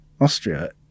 Austria